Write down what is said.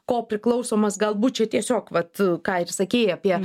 kopriklausomas galbūt čia tiesiog vat ką ir sakei apie